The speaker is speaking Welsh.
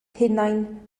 hunain